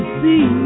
see